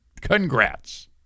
Congrats